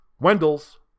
Wendell's